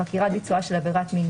לחקירת ביצועה של עבירת מין,